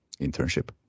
internship